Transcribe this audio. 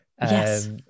Yes